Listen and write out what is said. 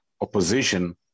opposition